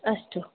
अस्तु